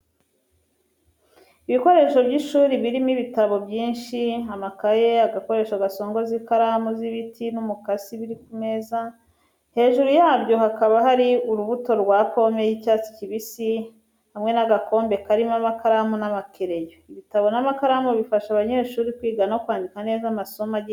Ibikoresho by’ishuri birimo ibitabo byinshi, amakaye, agakoresho gasongoza ikaramu z'ibiti n'umukasi biri ku meza, hejuru yabyo hakaba hari urubuto rwa pome y’icyatsi kibisi hamwe n’agakombe karimo amakaramu n'amakereyo. Ibitabo n’amakaramu bifasha abanyeshuri kwiga no kwandika neza amasomo agiye atandukanye.